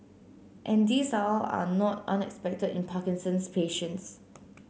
and these are all are not unexpected in Parkinson's patients